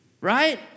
right